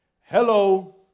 Hello